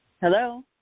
Hello